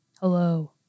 Hello